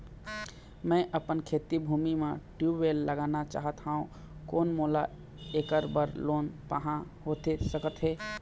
मैं अपन खेती भूमि म ट्यूबवेल लगवाना चाहत हाव, कोन मोला ऐकर बर लोन पाहां होथे सकत हे?